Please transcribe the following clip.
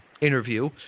interview